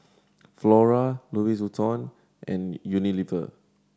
Flora Louis Vuitton and Unilever